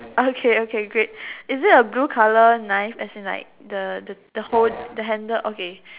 okay okay great is it a blue colour knife as in the the hold the handle okay